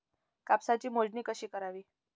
कापसाची मोजणी कशी करावी?